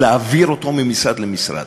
להעביר אותו ממשרד למשרד?